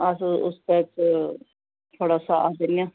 अस उसदे च थुआढ़ा साथ दिन्ने आं